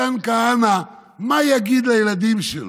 מתן כהנא, מה יגיד לילדים שלו?